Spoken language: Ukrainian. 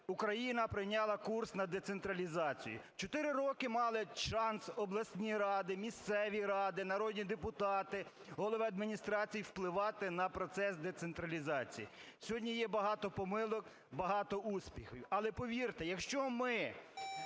Україна прийняла курс на децентралізацію. Чотири роки мали шанс обласні ради, місцеві ради, народні депутати, голови адміністрацій впливати на процес децентралізації. Сьогодні є багато помилок, багато успіхів. Але, повірте, якщо ми